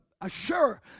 assure